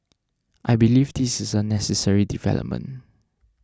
I believe this is a necessary development